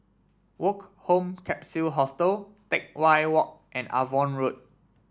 Woke Home Capsule Hostel Teck Whye Walk and Avon Road